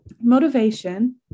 motivation